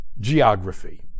Geography